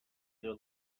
their